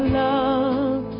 love